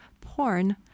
porn